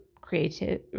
creative